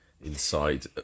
inside